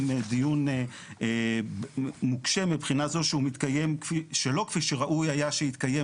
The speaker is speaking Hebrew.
דיון נוקשה מבחינה זו שהוא מתקיים שלא כפי שראוי היה שיתקיים,